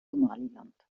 somaliland